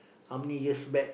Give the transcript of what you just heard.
how many years back